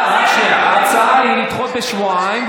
ההצעה היא לדחות בשבועיים,